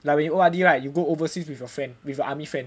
like when you O_R_D right you go overseas with your friend with your army friend